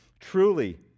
Truly